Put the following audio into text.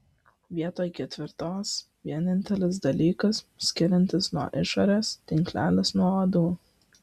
vietoj ketvirtos vienintelis dalykas skiriantis nuo išorės tinklelis nuo uodų